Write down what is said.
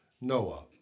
Noah